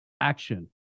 action